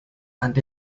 and